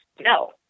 no